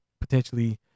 potentially